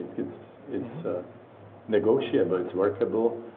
it's it's negotiable it's workable,